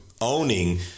owning